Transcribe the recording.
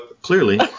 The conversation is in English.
clearly